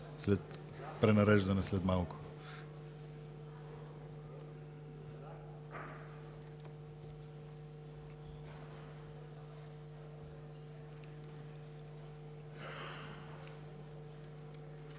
след пренареждане след малко.